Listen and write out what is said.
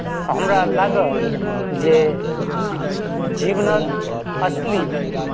हमरा लागल जे जीवनक असली